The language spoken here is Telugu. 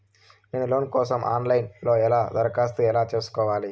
నేను లోను కోసం ఆన్ లైను లో ఎలా దరఖాస్తు ఎలా సేసుకోవాలి?